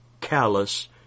callous